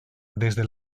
desde